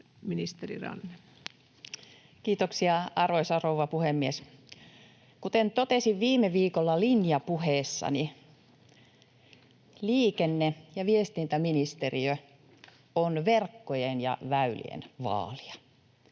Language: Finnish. Kiitoksia, arvoisa rouva puhemies! Kuten totesin viime viikolla linjapuheessani, liikenne- ja viestintäministeriö on verkkojen ja väylien vaalija.